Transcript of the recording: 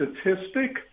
statistic